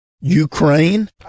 Ukraine